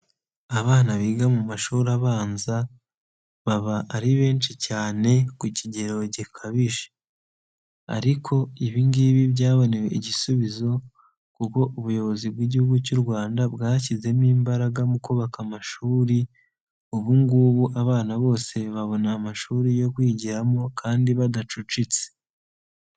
Abana biga mu mashuri abanza baba ari benshi cyane ku kigero gikabije, ariko ibi ngibi byabonewe igisubizo, kuko ubuyobozi bw'Igihugu cy'u Rwanda bwashyizemo imbaraga mu kubaka amashuri, ubu ngubu abana bose babona amashuri yo kwigiramo kandi badacucitse.